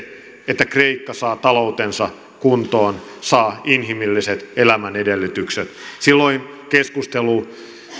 että kreikka saa taloutensa kuntoon saa inhimilliset elämän edellytykset silloin keskustelu